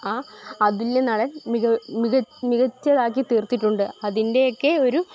ആ അതിലെ നടൻ മിക മികച്ചതാക്കി തീർത്തിട്ടുണ്ട് അതിൻ്റെയൊക്കെ ഒരു